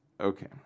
Okay